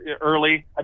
early